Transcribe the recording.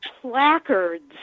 placards